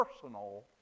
personal